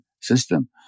system